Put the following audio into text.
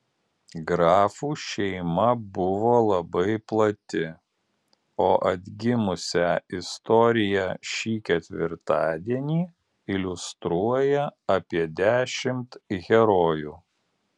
grafų šeima buvo labai plati o atgimusią istoriją šį ketvirtadienį iliustruoja apie dešimt herojų